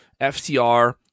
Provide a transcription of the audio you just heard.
FCR